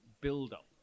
build-up